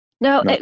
no